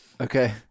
Okay